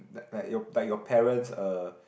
like like your like your parents uh